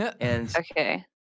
Okay